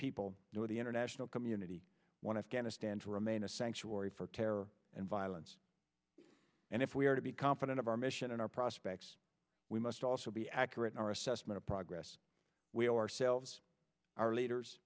people nor the international community one afghanistan to remain a sanctuary for terror and violence and if we are to be confident of our mission and our prospects we must also be accurate in our assessment of progress we ourselves our leaders